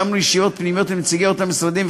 קיימנו ישיבות פנימיות עם נציגי אותם משרדים,